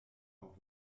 auf